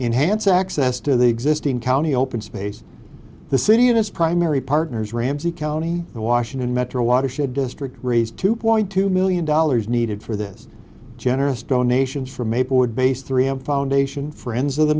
enhance access to the existing county open space the city and its primary partners ramsey county the washington metro watershed district raised two point two million dollars needed for this generous donations from a board based three m foundation friends of the